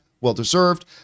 well-deserved